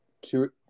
two